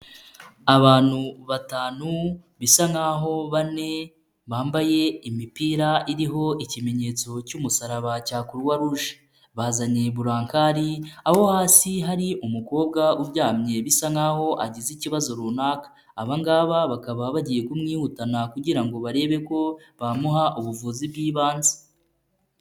Abantu batanu bisa nk'aho bane bambaye imipira iriho ikimenyetso cy'umusaraba cya kuruwa ruje, bazanye bulankari aho hasi hari umukobwa uryamye bisa nk'aho agize ikibazo runaka, abangaba bakaba bagiye kumwihutana kugira ngo barebe ko bamuha ubuvuzi bw'ibanze.